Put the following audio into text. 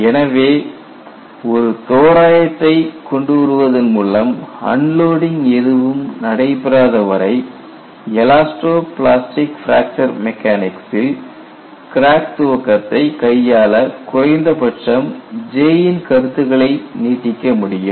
எனவே ஒரு தோராயத்தைக் கொண்டுவருவதன் மூலம் அன்லோடிங் எதுவும் நடைபெறாத வரை எலாஸ்டோ பிளாஸ்டிக் பிராக்சர் மெக்கானிக்ஸ்ஸில் கிராக் துவக்கத்தைக் கையாள குறைந்தபட்சம் J இன் கருத்துக்களை நீட்டிக்க முடியும்